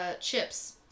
chips